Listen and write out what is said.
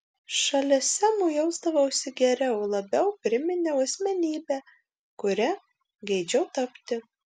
šalia semo jausdavausi geriau labiau priminiau asmenybę kuria geidžiau tapti